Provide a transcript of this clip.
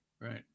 Right